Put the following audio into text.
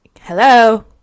hello